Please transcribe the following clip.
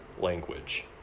language